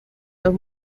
dos